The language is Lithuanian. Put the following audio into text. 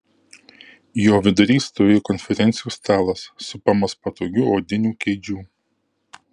jo vidury stovėjo konferencijų stalas supamas patogių odinių kėdžių